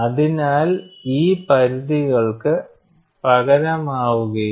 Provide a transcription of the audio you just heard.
അതിനാൽ നമുക്ക് SSY നോക്കുമ്പോൾ LEFM ന്റെ കാര്യത്തിൽ നമ്മൾ ഇതുപോലുള്ള ഒരു സാഹചര്യം നോക്കുകയാണ്